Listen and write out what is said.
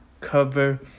cover